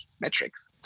metrics